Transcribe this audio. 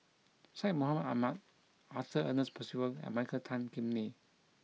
Syed Mohamed Ahmed Arthur Ernest Percival and Michael Tan Kim Nei